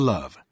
Love